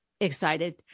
excited